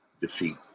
defeat